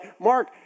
Mark